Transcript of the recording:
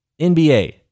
NBA